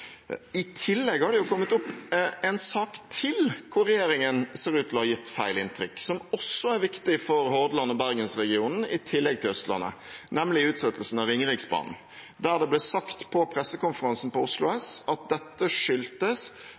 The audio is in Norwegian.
I tillegg har det kommet opp en sak til hvor regjeringen ser ut til å ha gitt feil inntrykk, og som også er viktig for Hordaland og Bergens-regionen, i tillegg til Østlandet: nemlig utsettelsen av Ringeriksbanen. Det ble sagt på pressekonferansen på Oslo S at dette skyldtes